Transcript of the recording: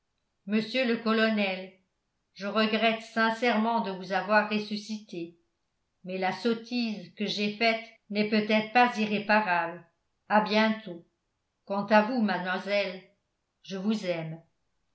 monsieur le colonel je regrette sincèrement de vous avoir ressuscité mais la sottise que j'ai faite n'est peut-être pas irréparable à bientôt quant à vous mademoiselle je vous aime